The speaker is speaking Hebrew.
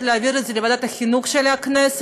להעביר את זה לוועדת החינוך של הכנסת,